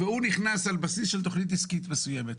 הוא נכנס על בסיס של תכנית עסקית מסוימת,